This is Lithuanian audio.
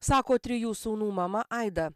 sako trijų sūnų mama aida